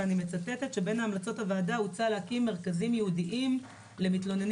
ואני מצטטת: בין המלצות הוועדה הוצע להקים מרכזים ייעודיים למתלוננים